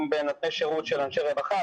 אם בנושא שירות של אנשי רווחה,